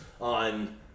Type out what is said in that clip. on